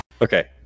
Okay